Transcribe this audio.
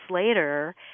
later